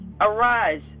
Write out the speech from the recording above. Arise